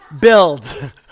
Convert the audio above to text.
build